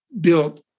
built